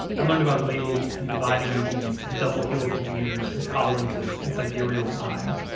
i learned about lathes and dividing engines and double helical gears and tolerances and sidereal time,